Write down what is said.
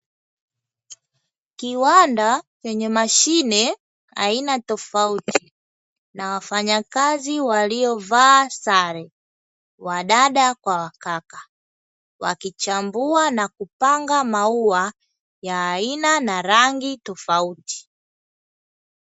Kiwanda chenye mashine aina tofauti, na wafanyakazi waliovaa sare, wadada kwa wakaka, wakichambua na kupanga maua ya aina na rangi tofauti.